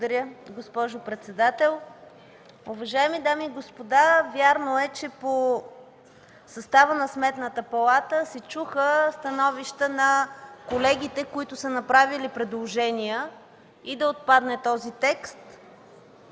Благодаря, госпожо председател. Уважаеми дами и господа, вярно е, че по състава на Сметната палата се чуха становища на колегите, които са направили предложения този текст